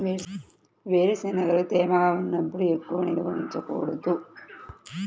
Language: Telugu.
వేరుశనగలు తేమగా ఉన్నప్పుడు ఎందుకు నిల్వ ఉంచకూడదు?